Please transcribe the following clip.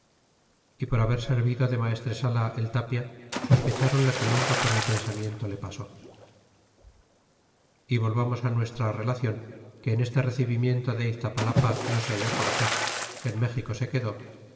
y por haber servido de maestresala el tapia sospechron lo que nunca por el pensamiento le pasó y volvamos nuestra relacion que en este recebimiento de iztapalapa no se halló cortés que en méxico se quedó